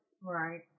Right